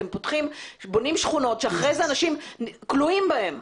אתם בונים שכונות שאחרי זה אנשים כלואים בהם,